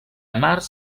març